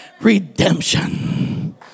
redemption